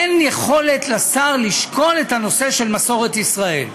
אין יכולת לשר לשקול את הנושא של מסורת ישראל.